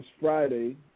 Friday